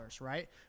right